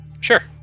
Sure